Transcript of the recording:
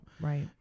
right